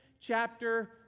chapter